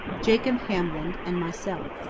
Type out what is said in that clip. jacob hamblin, and myself.